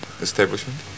establishment